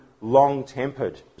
long-tempered